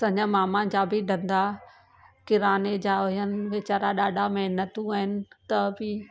असांजा मामा जा बि धंधा किराने जा हुयनि वीचारा ॾाढा महिनती आहिनि त बि